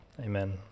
Amen